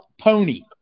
Pony